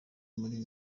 muri